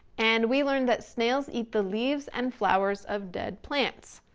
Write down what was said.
and we learned that snails eat the leaves and flowers of dead plants.